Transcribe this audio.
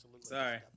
Sorry